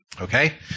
Okay